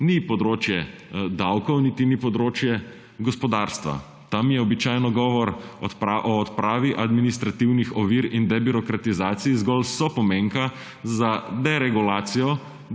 ni področje davkov niti ni področje gospodarstva. Tam je običajno govor o odpravi administrativnih ovir in debirokratizaciji zgolj sopomenka za deregulacijo